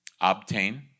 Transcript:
obtain